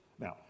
Now